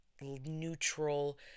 neutral